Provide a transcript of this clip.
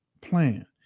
plan